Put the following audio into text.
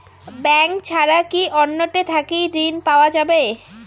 Bank ছাড়া কি অন্য টে থাকি ঋণ পাওয়া যাবে?